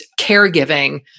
caregiving